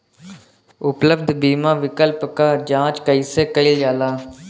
उपलब्ध बीमा विकल्प क जांच कैसे कइल जाला?